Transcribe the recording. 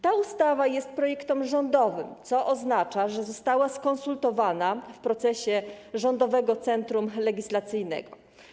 Ta ustawa jest projektem rządowym, co oznacza, że została skonsultowana w procesie Rządowego Centrum Legislacyjnego.